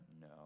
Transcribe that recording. No